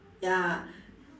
ya